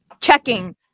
checking